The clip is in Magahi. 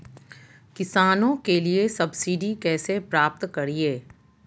किसानों के लिए सब्सिडी कैसे प्राप्त करिये?